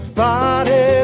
body